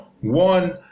one